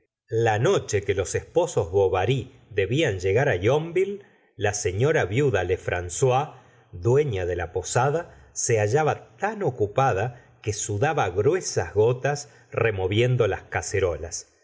la noche que los esposos bovary debían llegar yonville la señora viuda lefrancois dueña de la posada se hallaba tan ocupada que sudaba gruesas gotas removiendo las cacerolas